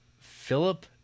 Philip